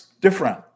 different